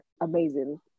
amazing